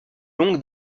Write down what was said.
longue